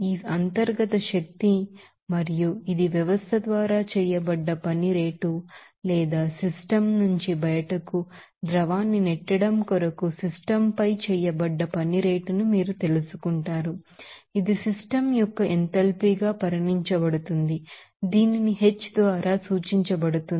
ఈ అంతర్గత శక్తి మరియు ఇది వ్యవస్థ ద్వారా చేయబడ్డ పని రేటు లేదా సిస్టమ్ నుంచి బయటకు ద్రవాన్ని నెట్టడం కొరకు సిస్టమ్ పై చేయబడ్డ పని రేటును మీరు తెలుసుకుంటారు ఇది సిస్టమ్ యొక్క ఎంథాల్పీగా పరిగణించబడుతుంది దీనిని H ద్వారా సూచించబడుతుంది